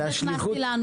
מה זה הכנסתי לנו?